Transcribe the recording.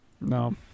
No